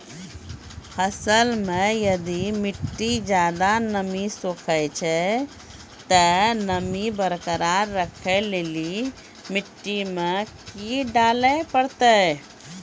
फसल मे यदि मिट्टी ज्यादा नमी सोखे छै ते नमी बरकरार रखे लेली मिट्टी मे की डाले परतै?